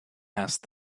asked